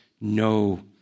no